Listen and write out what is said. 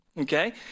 okay